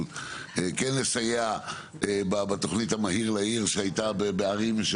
כן לסייע בתוכנית המהיר לעיר שהייתה בערים,